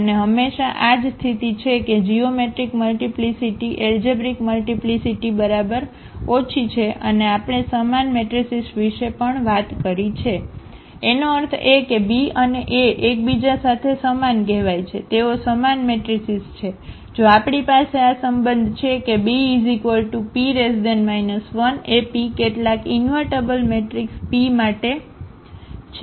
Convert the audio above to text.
અને હંમેશાં આ જ સ્થિતિ છે કે જીઓમેટ્રિક મલ્ટીપ્લીસીટી એલજેબ્રિક મલ્ટીપ્લીસીટી બરાબર ઓછી છે અને આપણે સમાન મેટ્રિસીસ વિશે પણ વાત કરી છે એનો અર્થ એ કે b અને a એકબીજા સાથે સમાન કહેવાય છે તેઓ સમાન મેટ્રિસીસ છે જો આપણી પાસે આ સંબંધ છે કે BP 1AP કેટલાક ઇન્વર્ટબલ મેટ્રિક્સ p માટે છે